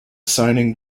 signing